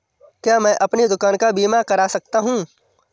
क्या मैं अपनी दुकान का बीमा कर सकता हूँ?